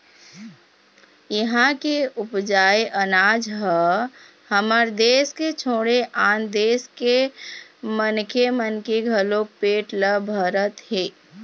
इहां के उपजाए अनाज ह हमर देस के छोड़े आन देस के मनखे मन के घलोक पेट ल भरत हे